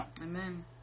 amen